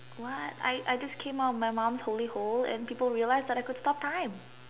what I I just came out of my mum's holy hole and people realised that I could stop time